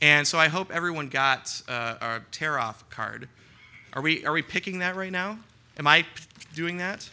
and so i hope everyone got a tear off card are we are we picking that right now am i doing that